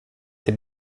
till